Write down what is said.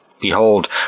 Behold